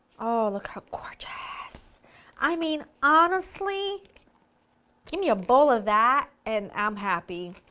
oh look how gorgeous! i mean honestly give me a bowl of that and i'm happy.